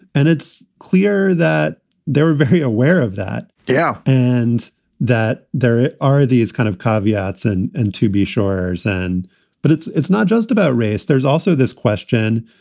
and it's clear that they're very aware of that. yeah. and that there are these kind of caveats and and to be shorters and but it's it's not just about race. there's also this question.